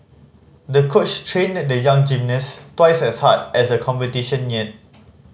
the coach trained the young gymnast twice as hard as the competition neared